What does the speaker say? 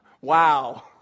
Wow